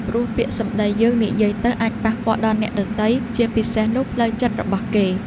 ព្រោះពាក្យសម្ដីយើងនិយាយទៅអាចប៉ះពាល់ដល់អ្នកដទៃ ជាពិសេសនោះផ្លូវចិត្តរបស់គេ។